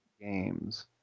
games